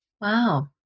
Wow